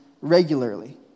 regularly